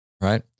right